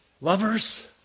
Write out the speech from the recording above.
Lovers